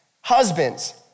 Husbands